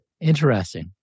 interesting